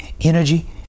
energy